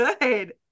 good